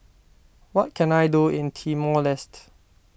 what can I do in Timor Leste